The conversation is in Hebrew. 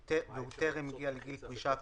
עוד לא נתנו להם לחזור לעבודה.